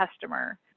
customer